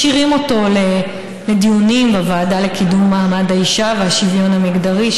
משאירים אותו לדיונים בוועדה לקידום מעמד האישה והשוויון המגדרי,